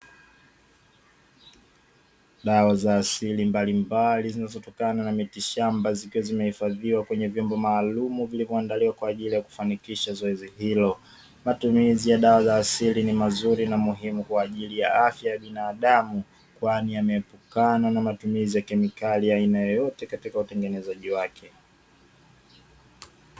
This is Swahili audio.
Dawa za asili mbalimbali zinazotokana na mitishamba zikiwa zimehifadhiwa kwenye vyombo maalumu vilivyoandaliwa kwaajili ya kufanikisha zoezi hilo. Matumizi ya dawa za asili ni mazuri na muhimu kwaajili ya afya ya binadamu kwani yameepukana na matumizi ya kemikali ya aina yeyote katika utengenezaji wake.